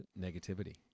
negativity